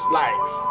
life